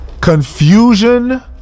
confusion